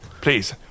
Please